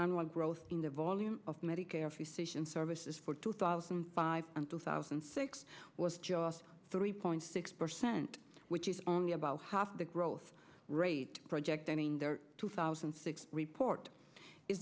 like growth in the volume of medicare precision services for two thousand and five and two thousand and six was just three point six percent which is only about half the growth rate projecting their two thousand and six report i